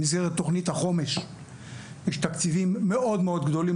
במסגרת תוכנית החומש יש תקציבים מאוד גדולים